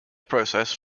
process